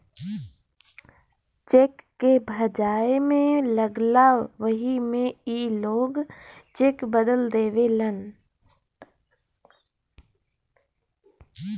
check के भजाए मे लगला वही मे ई लोग चेक बदल देवेलन